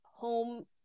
home